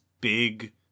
big